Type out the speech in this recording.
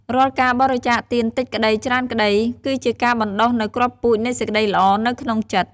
រាល់ការបរិច្ចាគទានតិចក្តី ច្រើនក្តី គឺជាការបណ្ដុះនូវគ្រាប់ពូជនៃសេចក្ដីល្អនៅក្នុងចិត្ត។